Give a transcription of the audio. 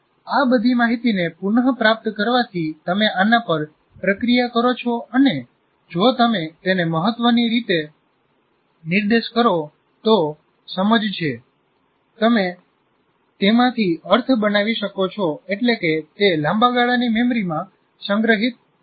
આ બધી માહિતીને પુનપ્રાપ્ત કરવાથી તમે આના પર પ્રક્રિયા કરો છો અને જો તમે તેને મહત્વની રીતે નિર્દેશ કરો તો સમજ છે તમે તેમાંથી અર્થ બનાવી શકો છો એટલે કે તે લાંબા ગાળાની મેમરીમાં સંગ્રહિત થાય છે